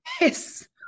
Yes